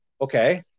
Okay